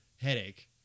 headache